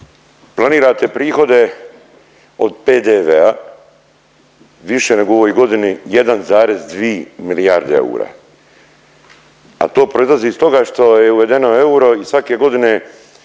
planirate prihode od PDV-a više nego u ovoj godini 1,2 milijarde eura, a to proizlazi iz toga što je uvedeno euro i svake godine